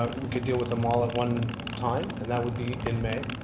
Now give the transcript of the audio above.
we could deal with them all at one time, and that would be in may,